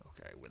Okay